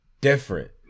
Different